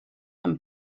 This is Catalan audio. amb